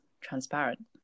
transparent